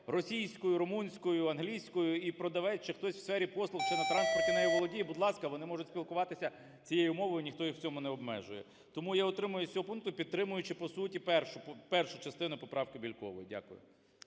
російською, румунською, англійською і продавець чи хтось в сфері послуг, чи на транспорті нею володіє, будь ласка, вони можуть спілкуватися цією мовою, ніхто їх в цьому не обмежує. Тому я утримаюсь з цього пункту, підтримуючи по суті першу частину поправкиБєлькової. Дякую.